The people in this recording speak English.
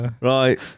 right